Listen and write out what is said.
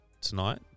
tonight